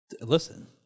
Listen